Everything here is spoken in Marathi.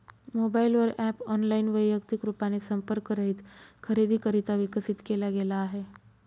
मोबाईल वर ॲप ऑनलाइन, वैयक्तिक रूपाने संपर्क रहित खरेदीकरिता विकसित केला गेला आहे